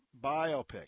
biopic